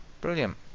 brilliant